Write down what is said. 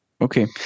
Okay